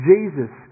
Jesus